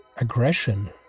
aggression